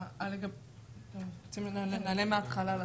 רוצים שנענה מהתחלה לסוף?